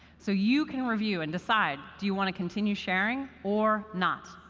so you can review and decide, do you want to continue sharing or not?